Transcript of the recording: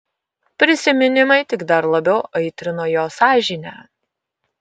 prisiminimai tik dar labiau aitrino jo sąžinę